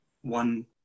one